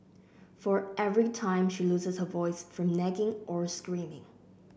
for every time she loses her voice from nagging or screaming